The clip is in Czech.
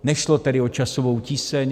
Nešlo tedy o časovou tíseň.